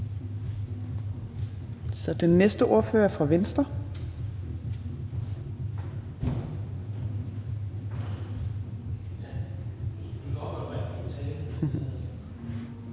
Den næste ordfører er fra Venstre,